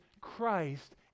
Christ